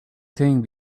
thing